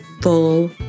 full